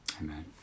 amen